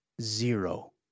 Zero